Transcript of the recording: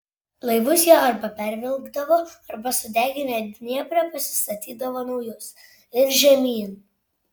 laivus jie arba pervilkdavo arba sudeginę dniepre pasistatydavo naujus ir žemyn